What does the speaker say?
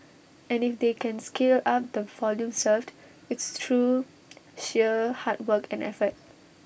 and if they can scale up the volume served it's through sheer hard work and effort